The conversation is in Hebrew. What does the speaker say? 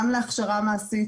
גם להכשרה מעשית,